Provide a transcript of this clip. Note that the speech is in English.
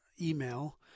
email